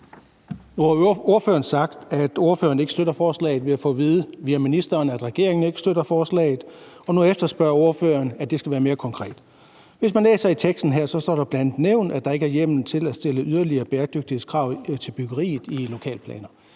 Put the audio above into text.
har sagt, at ordføreren ikke støtter forslaget, vi har fået at vide via ministeren, at regeringen ikke støtter forslaget, og nu efterspørger ordføreren, at det skal være mere konkret. Hvis man læser i teksten her, står der bl.a. nævnt, at der ikke er hjemmel til at stille yderligere bæredygtighedskrav til byggeri i lokalplaner.